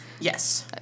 Yes